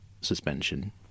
suspension